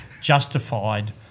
justified